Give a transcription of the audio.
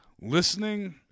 Listening